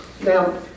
Now